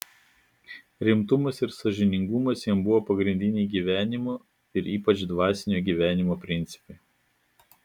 rimtumas ir sąžiningumas jam buvo pagrindiniai gyvenimo ir ypač dvasinio gyvenimo principai